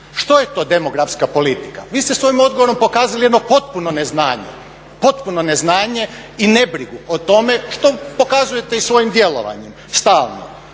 što je to demografska politika. Vi ste sa ovim odgovorom pokazali jedno potpuno neznanje, potpuno neznanje i ne brigu o tome što pokazujete i svojim djelovanjem stalno.